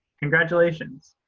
congratulations.